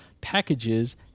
packages